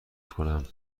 کنم